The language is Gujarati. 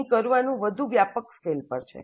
અહી કરવાનું વધુ વ્યાપક સ્કેલ પર છે